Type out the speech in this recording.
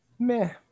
Meh